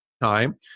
time